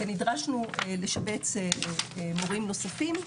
ונדרשנו לשבץ מורים נוספים,